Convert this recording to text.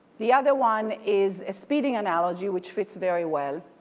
the other one is is speeding analogy which fits very well.